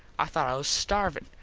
i thought i was starvin.